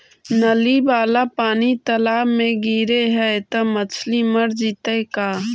नली वाला पानी तालाव मे गिरे है त मछली मर जितै का?